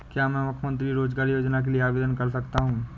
क्या मैं मुख्यमंत्री रोज़गार योजना के लिए आवेदन कर सकता हूँ?